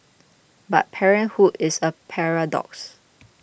but parenthood is a paradox